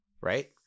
right